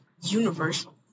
universal